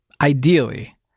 ideally